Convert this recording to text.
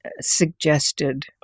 suggested